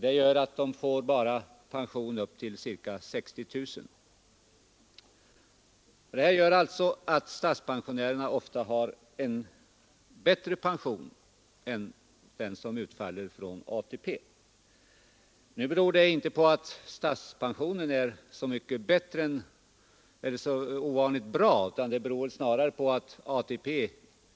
Det gör att ATP-pensionärerna får räkna pension bara på ca 60 000 kronor. Härigenom får statspensionärerna ofta en bättre pension än den som utfaller från ATP. Nu beror det inte så mycket på att statspensionen är ovanligt bra, utan det beror snarare på att ATP